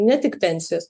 ne tik pensijos